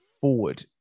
forward